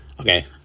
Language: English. Okay